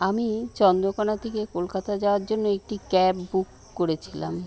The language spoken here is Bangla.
আমি চন্দ্রকোণা থেকে কলকাতা যাওয়ার জন্য একটি ক্যাব বুক করেছিলাম